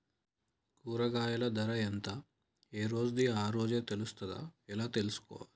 కూరగాయలు ధర ఎంత ఏ రోజుది ఆ రోజే తెలుస్తదా ఎలా తెలుసుకోవాలి?